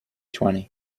twenty